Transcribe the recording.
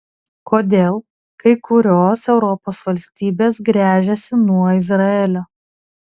kodėl kai kurios europos valstybės gręžiasi nuo izraelio